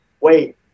Wait